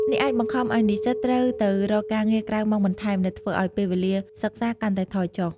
នេះអាចបង្ខំឱ្យនិស្សិតត្រូវទៅរកការងារក្រៅម៉ោងបន្ថែម ដែលធ្វើឱ្យពេលវេលាសិក្សាកាន់តែថយចុះ។